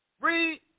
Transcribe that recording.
read